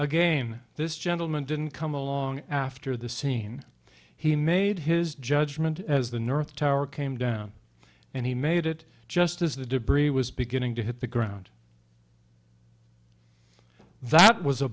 again this gentleman didn't come along after the scene he made his judgment as the north tower came down and he made it just as the debris was beginning to hit the ground that was a